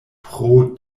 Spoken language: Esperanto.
pro